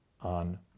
on